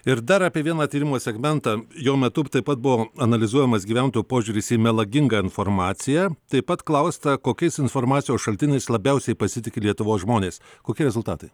ir dar apie vieną tyrimo segmentą jo metu taip pat buvo analizuojamas gyventojų požiūris į melagingą informaciją taip pat klausta kokiais informacijos šaltiniais labiausiai pasitiki lietuvos žmonės kokie rezultatai